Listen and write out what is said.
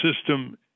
system